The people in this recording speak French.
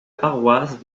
paroisse